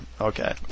okay